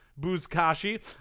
buzkashi